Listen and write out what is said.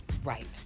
Right